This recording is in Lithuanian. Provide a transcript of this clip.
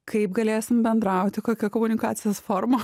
kaip galėsim bendrauti kokia komunikacijos forma